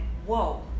Whoa